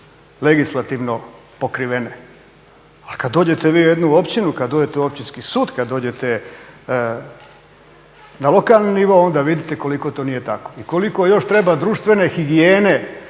legislativno pokrivene. A kada vi dođete u jednu općinu kada dođete u općinski sud kada dođete na lokalni nivo onda vidite koliko to nije tako i koliko još treba društvene higijene